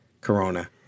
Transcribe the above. Corona